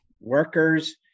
workers